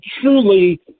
truly